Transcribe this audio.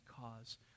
cause